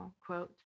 quote